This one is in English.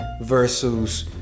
versus